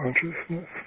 consciousness